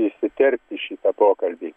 įsiterpt į šitą pokalbį